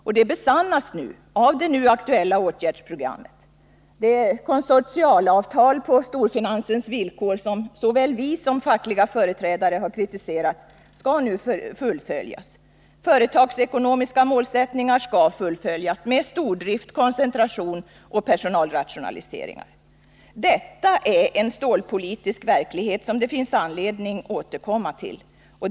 Detta besannas av det nu aktuella åtgärdsprogrammet. Det konsortialavtal på storfinansens villkor som såväl vi som fackliga företrädare kritiserat skall nu fullföljas. Företagsekonomiska målsättningar skall uppnås med stordrift, koncentration och personalrationaliseringar. Detta är en stålpolitisk verklighet som det finns anledning återkomma till.